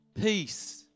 peace